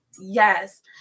Yes